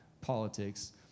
politics